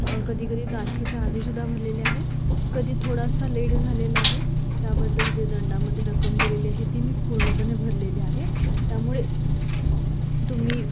कधी कधी तारखेच्या आधी सुद्धा भरलेले आहेत कधी थोडासा लेट झालेला आहे त्याबद्दल जे दंडामध्ये रक्कम गेलेली आहे ती मी पूर्णपणे भरलेली आहे त्यामुळे तुम्ही